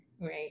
right